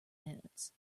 minutes